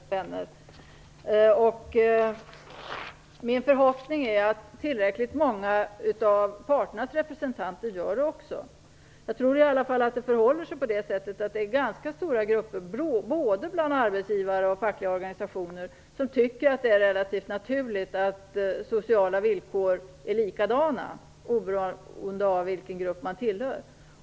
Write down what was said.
Fru talman! Också jag tillhör den generella välfärdens vänner. Min förhoppning är likaså att tillräckligt många av parternas representanter gör det. Jag tror i alla fall att ganska stora grupper, både bland arbetsgivare och bland fackliga organisationer, tycker att det är relativt naturligt att sociala villkor är likadana, oberoende av vilken grupp man tillhör.